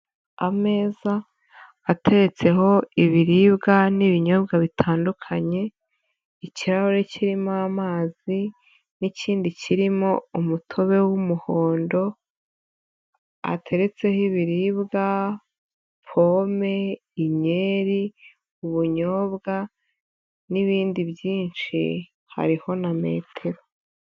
Ameza ateretseho ibiribwa n'ibinyobwa bitandukanye, ikirahure kirimo amazi n'ikindi kirimo umutobe w'umuhondo, hateretseho ibiribwa, pome, inyeri, ubunyobwa n'ibindi byinshi hariho na metero.